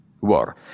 war